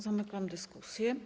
Zamykam dyskusję.